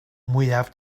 fwyaf